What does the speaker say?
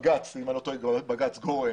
בבג"ץ אם אני לא טועה זה בג"ץ גורן